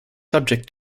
subject